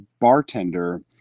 bartender